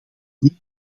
niet